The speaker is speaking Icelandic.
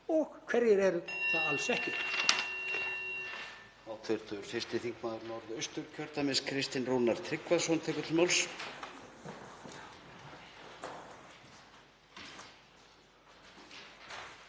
og hverjir eru það alls ekki.